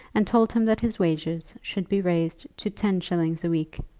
and told him that his wages should be raised to ten shillings a week.